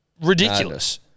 Ridiculous